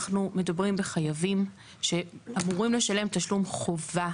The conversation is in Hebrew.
אנחנו מדברים בחייבים שאמורים לשלם תשלום חובה.